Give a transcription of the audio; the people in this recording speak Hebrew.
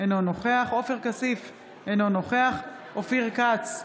אינו נוכח עופר כסיף, אינו נוכח אופיר כץ,